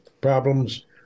problems